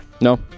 No